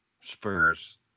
Spurs